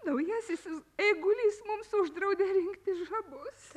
naujasis eigulys mums uždraudė rinkti žabus